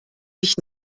sich